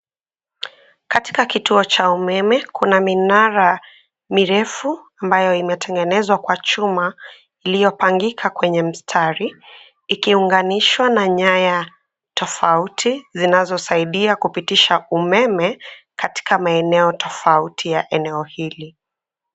Katika kituo cha umeme, kuna minara mirefu ambayo imetengenezwa kwa chuma iliyopangika kwenye mstari ikiunganishwa na nyaya tofauti zinazosaidia kupitisha umeme katika maeneo tofauti ya eneo hili.